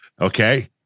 okay